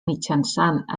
mitjançant